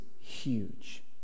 huge